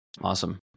Awesome